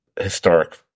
historic